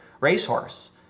racehorse